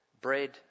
bread